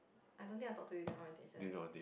I don't think I talked to you during orientation